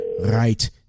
right